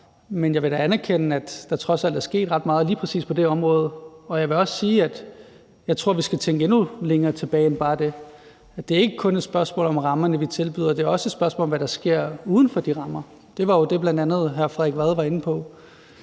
Men jeg vil da anerkende, at der trods alt er sket ret meget lige præcis på det område, og jeg vil også sige, at jeg tror, at vi skal tænke endnu længere tilbage end bare det – at det ikke kun er et spørgsmål om rammerne, vi tilbyder, men at det også er et spørgsmål om, hvad der sker uden for de rammer. Det var jo det, bl.a. hr. Frederik Vad var inde på.